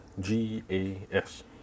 G-A-S